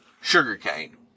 Sugarcane